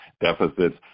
deficits